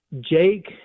Jake